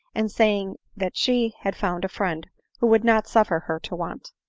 and saying that she had found a friend who would not suffer her to want.